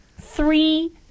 three